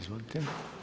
Izvolite.